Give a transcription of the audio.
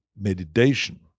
meditation